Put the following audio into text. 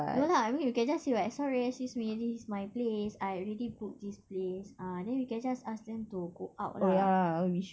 no lah I mean we can just say what sorry excuse me this is my place I already booked this place uh then you can just ask them to go out lah